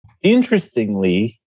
Interestingly